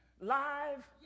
live